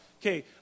Okay